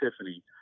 Tiffany